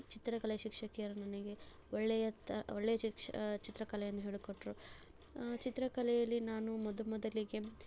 ಚಿತ್ರಕಲೆ ಶಿಕ್ಷಕಿಯರು ನನಗೆ ಒಳ್ಳೆಯ ತ ಒಳ್ಳೆಯ ಶಿಕ್ಷ್ ಚಿತ್ರಕಲೆಯನ್ನು ಹೇಳಿಕೊಟ್ಟರು ಚಿತ್ರಕಲೆಯಲ್ಲಿ ನಾನು ಮೊದ ಮೊದಲಿಗೆ